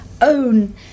own